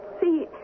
see